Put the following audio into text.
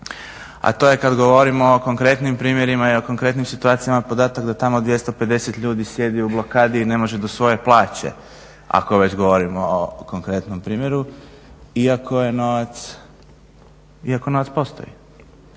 a to je kad govorimo o konkretnim primjerima i konkretnim situacijama podatak da tamo 250 ljudi sjedi u blokadi i ne može do svoje plaće, ako već govorimo o konkretnom primjeru, iako novac postoji.